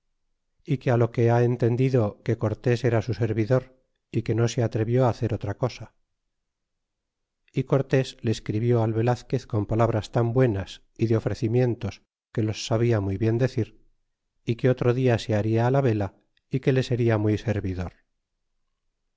que lo que ha entendido que cortés era su servidor é que no se atrevió hacer otra cosa y cortés le escribió al yelazquez con palabras tan buenas y de ofrecimientos que los sabia muy bien decir que otro dia se baria la vela y que le seria muy servidor